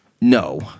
no